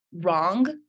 wrong